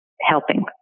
helping